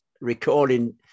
Recording